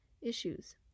issues